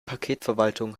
paketverwaltung